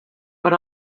per